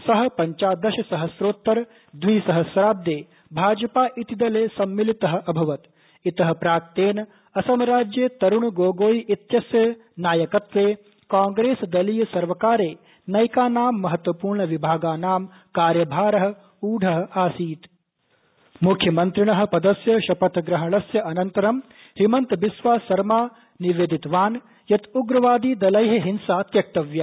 सह पञ्चादश सहस्रोतर द्विसहस्राब्दे भाजपा इति दले सम्मिलितः अभवत इतः प्राक तेन असम राज्ये तरुण गोगोई इत्यस्य नयाकत्वे काँग्रेस दलीय सर्वकारे नैकानां महत्त्वपूर्ण विभागानां कर्यभारः ऊढः आसीत म्ख्यमन्त्रिणः पदस्य शपथग्रहणस्य अनन्तरं हिमंत बिस्वा सरमा निवेदितवान ायत ाउग्रवादीदलैः हिंसा त्यक्तव्या